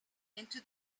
into